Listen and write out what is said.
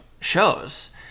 shows